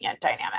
dynamic